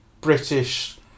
British